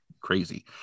crazy